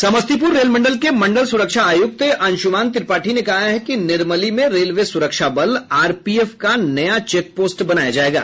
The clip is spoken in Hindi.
समस्तीपुर रेल मंडल के मंडल सुरक्षा आयुक्त अंशुमान त्रिपाठी ने कहा है कि निर्मली में रेलवे सुरक्षा बल आरपीएफ का नया चेक पोस्ट बनाया जायेगा